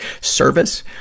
service